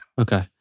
Okay